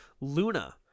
Luna